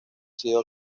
sido